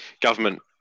government